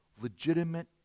legitimate